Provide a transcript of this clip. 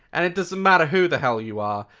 and it doesn't matter who the hell you are,